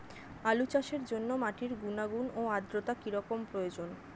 আলু চাষের জন্য মাটির গুণাগুণ ও আদ্রতা কী রকম প্রয়োজন?